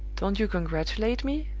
don't you congratulate me?